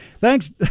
Thanks